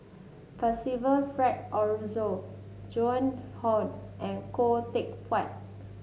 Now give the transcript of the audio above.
Percival Frank Aroozoo Joan Hon and Khoo Teck Puat